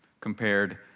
compared